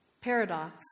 Paradox